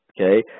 Okay